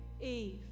Eve